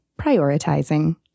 prioritizing